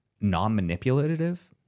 non-manipulative